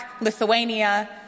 Lithuania